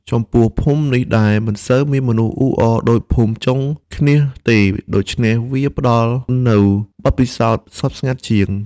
ចំពោះភូមិនេះដែរមិនសូវមានមនុស្សអ៊ូអរដូចភូមិចុងឃ្នៀសទេ ដូច្នេះវាផ្តល់នូវបទពិសោធន៍ស្ងប់ស្ងាត់ជាង។